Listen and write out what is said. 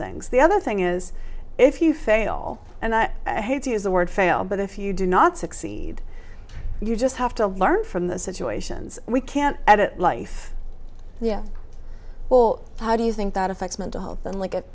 things the other thing is if you fail and i hate to use the word fail but if you do not succeed you just have to learn from the situations we can't edit life yeah well how do you think that affects mental health and look at